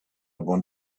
want